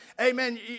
Amen